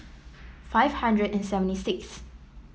five hundred and seventy six th